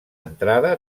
entrada